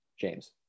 James